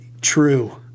true